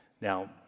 Now